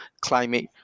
climate